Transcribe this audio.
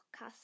podcast